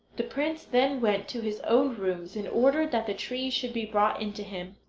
the prince then went to his own rooms and ordered that the trees should be brought in to him.